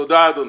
תודה, אדוני.